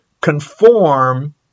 conform